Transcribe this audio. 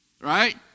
Right